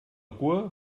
cua